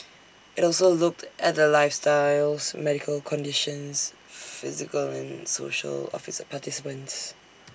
IT also looked at the lifestyles medical conditions physical and social of its participants